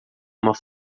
uma